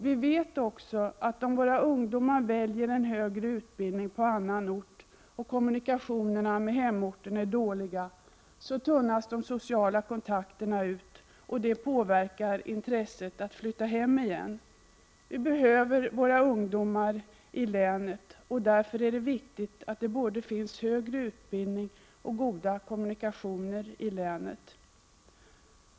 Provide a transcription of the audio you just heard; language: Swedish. Vi vet också, att om våra ungdomar väljer en högre utbildning på annan ort och kommunikationerna med hemorten är dåliga, så tunnas de sociala kontakterna ut och det påverkar intresset att flytta hem igen. Vi behöver våra ungdomar i länet, och därför är det viktigt att det finns både högre utbildning och goda kommunikationer i länet.